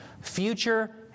Future